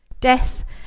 Death